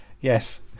Yes